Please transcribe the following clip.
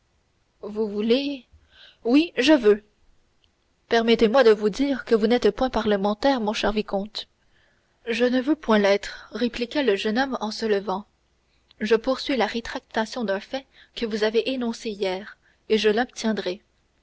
vous voulez oui je veux permettez-moi de vous dire que vous n'êtes point parlementaire mon cher vicomte je ne veux point l'être répliqua le jeune homme en se levant je poursuis la rétractation d'un fait que vous avez énoncé hier et je l'obtiendrai